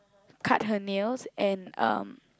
cut her nails and um